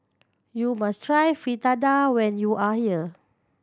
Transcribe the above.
you must try Fritada when you are here